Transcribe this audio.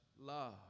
love